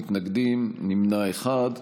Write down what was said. מתנגדים, נמנע אחד.